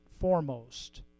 foremost